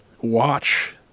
watch